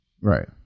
Right